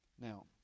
Now